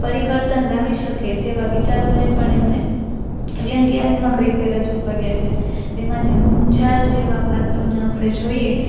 પરિવર્તન લાવી શકે તેવા વિચારોને પણ એમને વ્યગ્યાત્મક રીતે રજૂ કર્યા છે એમાંથી મુંજાલ જેવા પાત્રોને આપણે જોઈએ